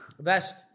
Best